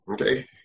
Okay